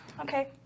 Okay